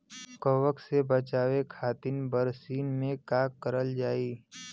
कवक से बचावे खातिन बरसीन मे का करल जाई?